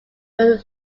were